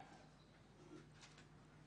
החינוך.